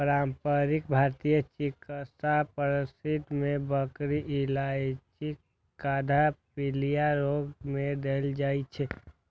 पारंपरिक भारतीय चिकित्सा पद्धति मे बड़की इलायचीक काढ़ा पीलिया रोग मे देल जाइ छै